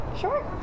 Sure